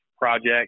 project